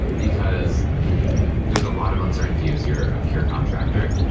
because there's a lot of uncertainty as you're a pure contractor.